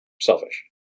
selfish